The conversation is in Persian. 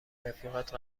رفیقات